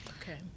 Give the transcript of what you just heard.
Okay